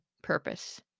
purpose